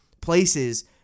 places